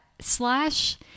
slash